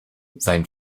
sein